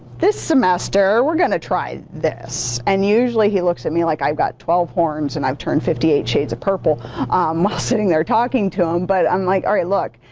this semester we're going to try this. and usually he looks at me like i've got twelve horns and i've turned fifty eight shades of purple while um ah sitting there talking to him. but i'm like, alright look,